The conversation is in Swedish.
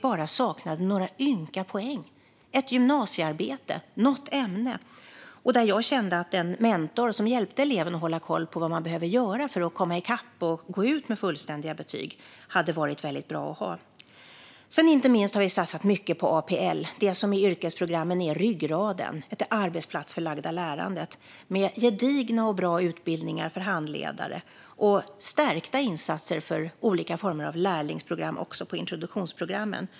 Det kunde handla om ett gymnasiearbete eller om något ämne. Jag kände att en mentor, som hjälper eleven att hålla koll på vad den behöver göra för att komma i kapp och gå ut med fullständiga betyg, hade varit väldigt bra att ha. Inte minst har vi satsat mycket på APL - det arbetsplatsförlagda lärandet, som är ryggraden i yrkesprogrammen - med gedigna och bra utbildningar för handledare och stärkta insatser för olika former av lärlingsprogram också på introduktionsprogrammen.